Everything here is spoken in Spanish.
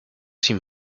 sin